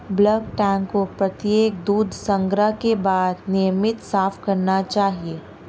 bulk tank को प्रत्येक दूध संग्रह के बाद नियमित साफ करना चाहिए